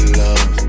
love